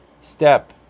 step